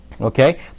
Okay